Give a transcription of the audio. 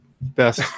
best